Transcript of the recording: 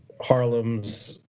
Harlem's